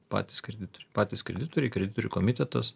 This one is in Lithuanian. patys kreditoriai patys kreditoriai kreditorių komitetas